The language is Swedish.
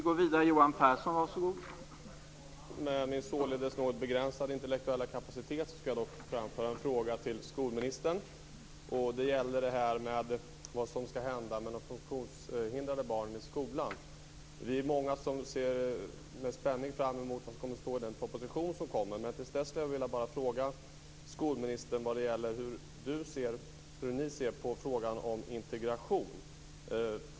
Herr talman! Med min således något begränsade intellektuella kapacitet skall jag dock framföra en fråga till skolministern. Det gäller vad som skall hända med de funktionshindrade barnen i skolan. Vi är många som med spänning ser fram emot vad som kommer att stå i den proposition som kommer. Men innan dess skulle jag vilja fråga skolministern hur regeringen ser på frågan om integration.